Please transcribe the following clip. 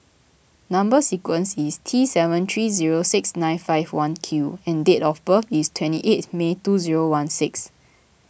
Number Sequence is T seven three zero six nine five one Q and date of birth is twenty eighth May twenty sixteen